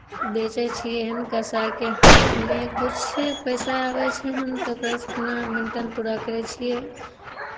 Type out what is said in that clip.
बेचै छियै हन कसाइके हाथमे किछु पैसा आबै छै हन तऽ ओकरासँ अपना मेन्टेन पूरा करै छियै